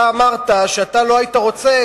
אתה אמרת שלא היית רוצה,